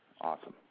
Awesome